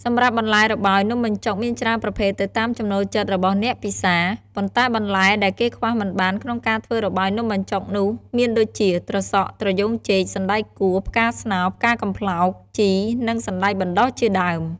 សម្រាប់បន្លែរបោយនំបញ្ចុកមានច្រើនប្រភេទទៅតាមចំណូលចិត្តរបស់អ្នកពិសា ប៉ុន្តែបន្លែដែលគេខ្វះមិនបានក្នុងការធ្វើរបោយនំបញ្ចុកនោះមានដូចជា ត្រសក់ ត្រយ៉ូងចេក សណ្តែកគួរ ផ្កាស្នោរ ផ្កាកំប្លោក ជី និងសណ្តែកបណ្តុះជាដើម។